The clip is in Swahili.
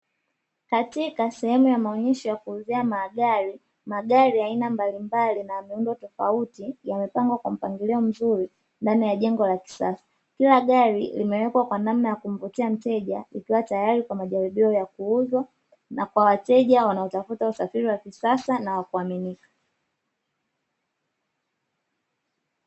Katika sehemu ya maonyesho ya kuuza magari, magari ya aina mbalimbali ya miundo tofauti yamepangwa kwa mpangilio mzuri ndani ya jengo la kisasa. Kila gari limewekwa kwa namna ya kumvutia mteja, likiwa tayari kwa majaribio ya kuuuzwa na kwa wateja wanaotafuta usafiri wa kisasa na wa kuaminika.